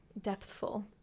depthful